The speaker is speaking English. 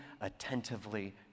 attentively